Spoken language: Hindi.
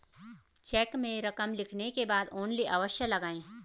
चेक में रकम लिखने के बाद ओन्ली अवश्य लगाएँ